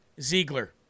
Ziegler